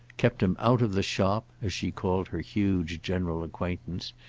kept him out of the shop, as she called her huge general acquaintance,